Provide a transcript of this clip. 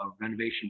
renovation